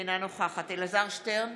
אינה נוכחת אלעזר שטרן,